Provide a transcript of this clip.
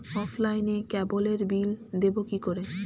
অফলাইনে ক্যাবলের বিল দেবো কি করে?